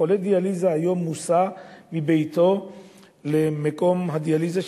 חולה דיאליזה היום מוסע מביתו למקום הדיאליזה,